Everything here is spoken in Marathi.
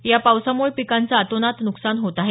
या पावसामुळे पिकांच अतोनात नुकसान होत आहे